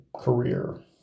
career